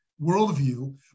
worldview